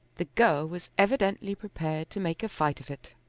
the girl was evidently prepared to make a fight of it.